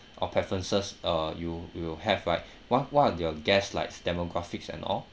or preferences uh you you have right what what are your guests like demographics and all